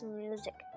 music